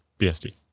BSD